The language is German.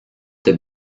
der